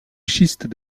schistes